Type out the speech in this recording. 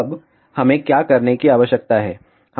अब हमें क्या करने की आवश्यकता है